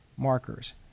markers